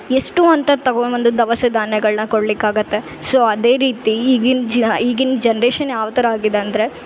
ಎಷ್ಟು ಅಂತ ತಗೊಂ ಬಂದು ದವಸ ಧಾನ್ಯಗಳ್ನ ಕೊಡ್ಲಿಕ್ಕೆ ಆಗತ್ತೆ ಸೊ ಅದೇ ರೀತಿ ಈಗಿನ ಜ ಈಗಿನ ಜನ್ರೇಷನ್ ಯಾವ ಥರ ಆಗಿದೆ ಅಂದರೆ